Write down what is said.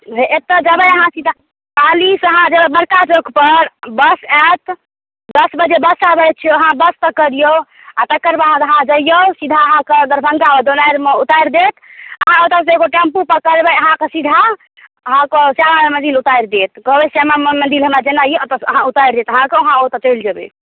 एतय जेबै अहाँ सीधा पालीसँ अहाँ जेबै बड़का चौकपर बस आयत दस बजे बस अबै छै वहाँ बस पकड़ियौ आ तकर बाद अहाँ जैयौ सीधा अहाँके दरभंगा दोनारिमे उतारि देत अहाँ ओतयसँ एगो टेम्पू पकड़बै अहाँकेँ सीधा अहाँकेँ श्यामा माइ मन्दिर उतारि देत कहबै श्यामा माइ मन्दिर हमरा जेनाइ यए ओतयसँ उतारि देत अहाँकेँ अहाँ ओतय चलि जेबै